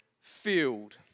field